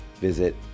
visit